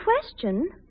question